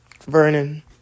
Vernon